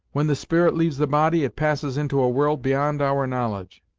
when the spirit leaves the body it passes into a world beyond our knowledge,